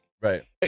Right